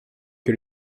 que